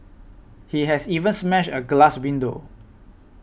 he has even smashed a glass window